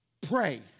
pray